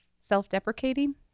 self-deprecating